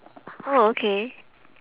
oh okay